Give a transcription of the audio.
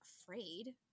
afraid